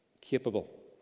capable